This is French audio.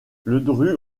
ledru